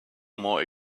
more